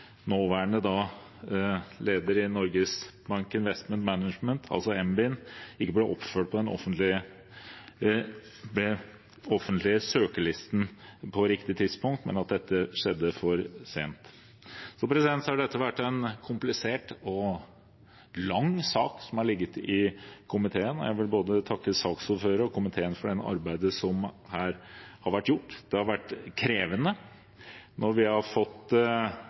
nåværende leder i Norges Bank Investment Management, NBIM, ikke ble oppført på den offentlige søkerlisten på riktig tidspunkt, men at dette skjedde for sent. Dette har vært en komplisert og lang sak som har ligget i komiteen. Jeg vil takke både saksordføreren og komiteen for det arbeidet som har vært gjort. Det har vært krevende. Vi har fått